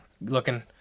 looking